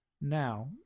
Now